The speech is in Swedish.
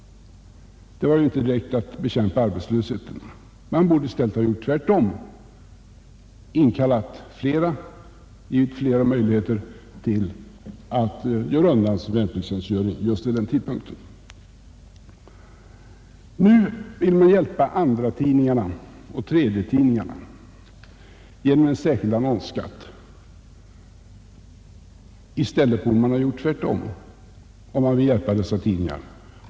Det var ju inte direkt att bekämpa arbetslösheten. Man borde i stället ha handlat tvärtom, dvs. givit flera värnpliktiga möjligheter att klara av sin värnpliktstjänstgöring just vid den tidpunkten. Nu vill man hjälpa andraoch tredjetidningarna genom en särskild annonsskatt. Man borde i stället göra tvärtom, om man vill hjälpa dessa tidningar.